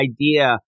idea